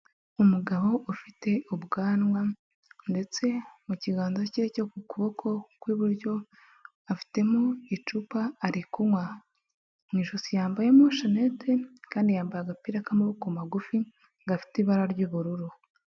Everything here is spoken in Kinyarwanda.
Umugabo ufite ubwanwa ndetse mu kiganza cye cyo ku kuboko kw'iburyo afitemo icupa ari kunywa, mu ijosi yambayemo shanete kandi yambaye agapira k'amaboko magufi gafite ibara ry'ubururu.